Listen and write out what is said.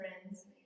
friends